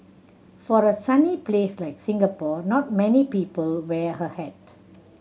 for a sunny place like Singapore not many people wear a hat